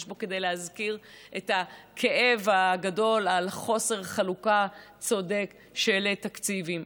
יש בו כדי להזכיר את הכאב הגדול על חוסר חלוקה צודק של תקציבים,